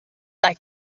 like